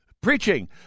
preaching